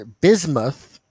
Bismuth